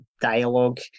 dialogue